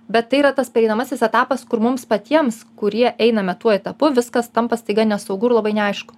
bet tai yra tas pereinamasis etapas kur mums patiems kurie einame tuo etapu viskas tampa staiga nesaugu ir labai neaišku